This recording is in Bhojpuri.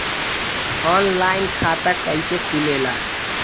आनलाइन खाता कइसे खुलेला?